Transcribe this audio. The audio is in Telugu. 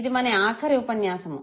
ఇది మన ఆఖరి ఉపన్యాసము